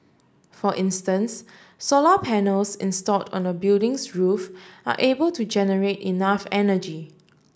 for instance solar panels installed on the building's roof are able to generate enough energy